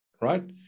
right